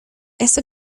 eso